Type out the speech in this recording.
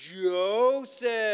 Joseph